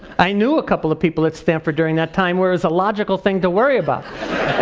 i knew a couple of people at stanford during that time where it's a logical thing to worry about.